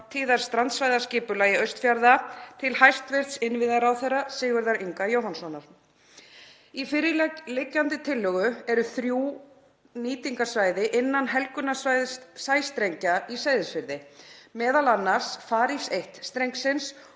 framtíðarstrandsvæðaskipulagi Austfjarða til hæstv. innviðaráðherra Sigurðar Inga Jóhannssonar. Í fyrirliggjandi tillögu eru þrjú nýtingarsvæði innan helgunarsvæðis sæstrengja í Seyðisfirði, m.a. Farice-1 strengsins,